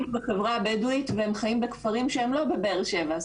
בחברה הבדואית והם חיים בכפרים שהם לא בבאר שבע.